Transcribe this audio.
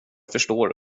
förstår